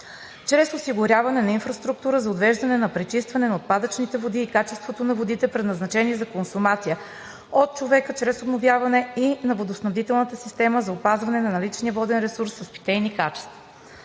чрез осигуряване на инфраструктура за отвеждане на пречистване на отпадъчните води и качеството на водите, предназначени за консумация от човека, чрез обновяване и на водоснабдителната система за опазване на наличния воден ресурс с питейни качества.